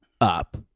up